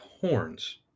horns